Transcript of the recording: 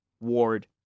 Ward